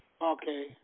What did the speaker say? Okay